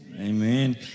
Amen